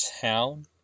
town